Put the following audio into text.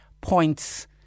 points